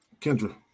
Kendra